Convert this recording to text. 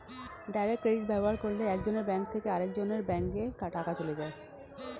direct credit ব্যবহার করলে একজনের ব্যাঙ্ক থেকে আরেকজনের ব্যাঙ্কে টাকা চলে যায়